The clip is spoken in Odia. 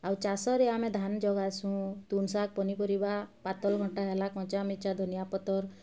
ଆଉ ଚାଷରେ ଆମେ ଧାନ୍ ଯୋଗାସୁଁ ତୁନ୍ ଶାଗ୍ ପନିପରିବା ପାତଲ୍ଘଣ୍ଟା ହେଲା କଞ୍ଚାମିର୍ଚା ଧନିଆ ପତର୍